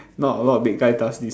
not a lot of big guy does this